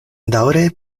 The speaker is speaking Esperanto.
daŭre